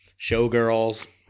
Showgirls